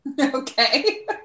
Okay